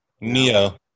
Neo